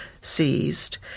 seized